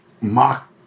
mock